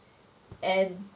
and